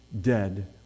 dead